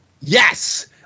Yes